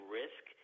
risk